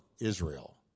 Israel